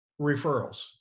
referrals